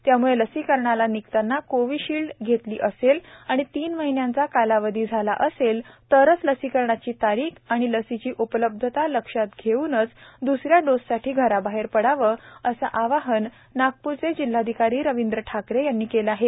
त्यामुळे लसीकरणाला निघताना कोव्हिशील्ड घेतली असेल आणि तीन माहिन्याचा कालावधी झाला असेल तरच लसीकरणाची तारीख व लसीची उपलब्धता लक्षात घेऊनच द्सऱ्या डोससाठी घराबाहेर पडावे असे आवाहन नागपूरचे जिल्हाधिकारी रवींद्र ठाकरे यांनी केले आहे